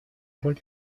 роль